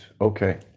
Okay